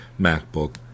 MacBook